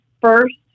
first